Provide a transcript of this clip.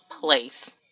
place